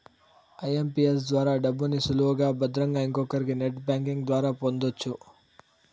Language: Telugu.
ఐఎంపీఎస్ ద్వారా డబ్బుని సులువుగా భద్రంగా ఇంకొకరికి నెట్ బ్యాంకింగ్ ద్వారా పొందొచ్చు